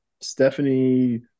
Stephanie